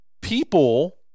People